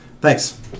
Thanks